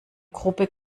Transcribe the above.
gruppe